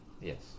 Yes